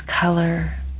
color